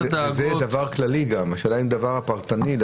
השאלה אם דבר פרטני.